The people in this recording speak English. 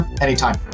Anytime